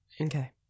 Okay